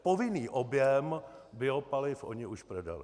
Povinný objem biopaliv oni už prodali.